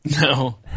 No